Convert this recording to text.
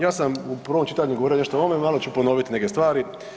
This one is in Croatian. Ja sam u prvom čitanju govorio nešto o ovome, malo ću ponovit neke stvari.